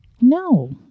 no